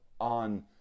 on